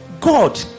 God